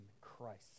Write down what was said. Christ